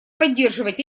поддерживать